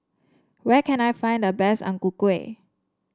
where can I find the best Ang Ku Kueh